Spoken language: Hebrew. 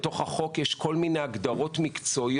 בתוך החוק יש כל מיני הגדרות מקצועיות